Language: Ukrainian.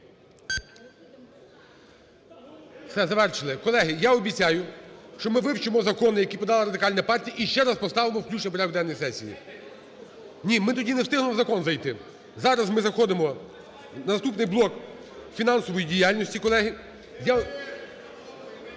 Все. Завершили. Колеги, я обіцяю, що ми вивчимо закони, які подала Радикальна партія, і ще раз поставимо і включимо в порядок денний сесії. Ні, ми тоді не встигнемо в закон зайти. Зараз ми заходимо в наступний блок - фінансової діяльності, - колеги.